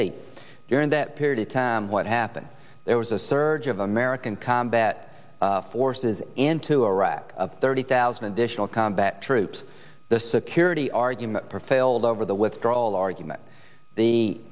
eight during that period of time what happened there was a surge of american combat forces into iraq thirty thousand additional combat troops the security argument for failed over the withdrawal argument the